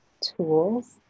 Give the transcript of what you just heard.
tools